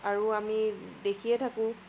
আৰু আমি দেখিয়ে থাকোঁ